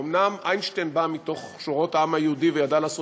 אומנם איינשטיין בא מתוך שורות העם היהודי וידע לעשות